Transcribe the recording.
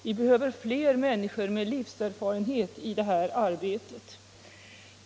Vi behöver fler människor med livserfarenhet i detta arbete.